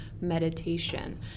meditation